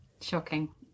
shocking